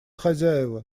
хозяева